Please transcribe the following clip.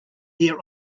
hear